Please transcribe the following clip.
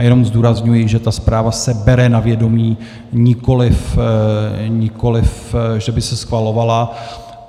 Jenom zdůrazňuji, že ta zpráva se bere na vědomí, nikoli že by se schvalovala.